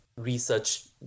research